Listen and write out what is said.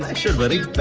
like shirt buddy.